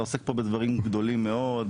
אתה עוסק כאן בדברים גדולים מאוד,